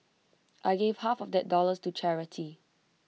I gave half of that dollars to charity